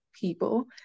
people